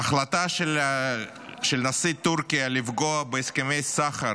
ההחלטה של נשיא טורקיה לפגוע בהסכמי הסחר